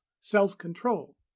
self-control